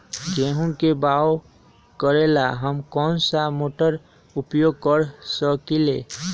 गेंहू के बाओ करेला हम कौन सा मोटर उपयोग कर सकींले?